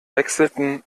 wechselten